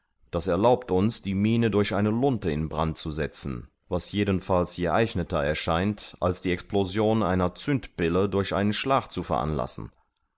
das erlaubt uns die mine durch eine lunte in brand zu setzen was jedenfalls geeigneter erscheint als die explosion einer zündpille durch einen schlag zu veranlassen